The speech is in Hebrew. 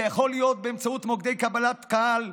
זה יכול להיות באמצעות מוקדי קבלת קהל,